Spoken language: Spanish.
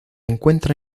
encuentra